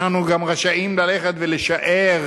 אנחנו גם רשאים ללכת ולשער